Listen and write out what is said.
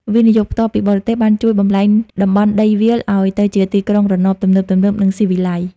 វិនិយោគផ្ទាល់ពីបរទេស បានជួយបំប្លែងតំបន់ដីវាលឱ្យទៅជា "ទីក្រុងរណប" ទំនើបៗ និងស៊ីវិល័យ។